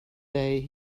day